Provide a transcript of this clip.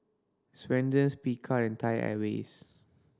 Swensens Picard and Thai Airways